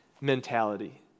mentality